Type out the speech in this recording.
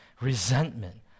resentment